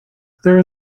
there